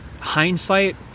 hindsight